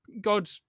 God